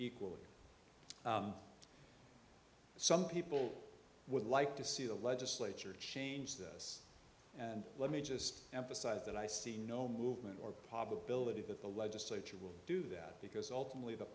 equally some people would like to see the legislature change this and let me just emphasize that i see no movement or probability that the legislature will do that because ultimately the